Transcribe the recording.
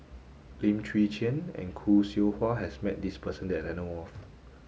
Lim Chwee Chian and Khoo Seow Hwa has met this person that I know of